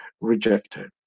rejected